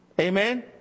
Amen